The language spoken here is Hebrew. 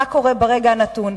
מה קורה ברגע הנתון.